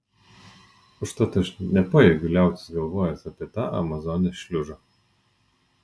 užtat aš nepajėgiu liautis galvojęs apie tą amazonės šliužą